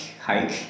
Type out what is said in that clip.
hike